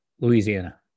Louisiana